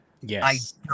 Yes